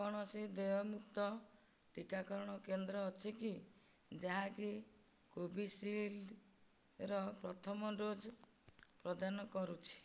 କୌଣସି ଦେୟମୁକ୍ତ ଟିକାକରଣ କେନ୍ଦ୍ର ଅଛି କି ଯାହାକି କୋଭିଶିଲ୍ଡ୍ ର ପ୍ରଥମ ଡୋଜ୍ ପ୍ରଦାନ କରୁଛି